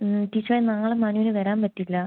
ടീച്ചറേ നാളെ മനുവിന് വരാൻ പറ്റില്ല